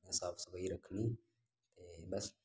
शैल अपने साफ सफाई रक्खनी ते बस